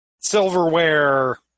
Silverware